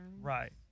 Right